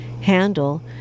handle